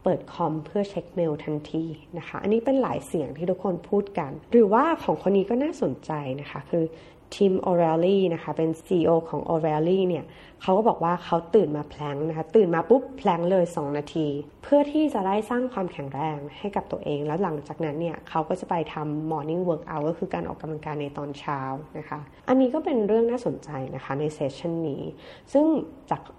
เปิดคอมเพื่อเช็คเมลทันทีนะคะ อันนี้เป็นหลายเสียงที่ทุกคนพูดกัน หรือว่าของคนนี้ก็น่าสนใจนะคะ คือ Tim O'Reilly นะคะ เป็น CEO ของ O'Reilly เนี่ย เขาก็บอกว่าเขาตื่นมา plank นะคะ ตื่นมาปุ๊บ plank เลยสองนาทีเพื่อที่จะได้สร้างความแข็งแรงให้กับตัวเอง แล้วหลังจากนั้นเนี่ยเขาก็จะไปทำ morning workout ก็คือการออกกำลังกายในตอนเช้านะคะ อันนี้ก็เป็นเรื่องน่าสนใจนะคะใน session นี้ ซึ่งจากข้อ